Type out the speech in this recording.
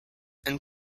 and